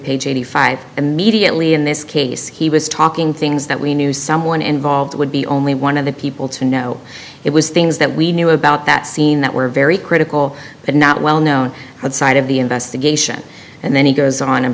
page eighty five immediately in this case he was talking things that we knew someone involved would be only one of the people to know it was things that we knew about that scene that were very critical but not well known outside of the investigation and then he goes on